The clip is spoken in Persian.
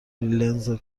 لنز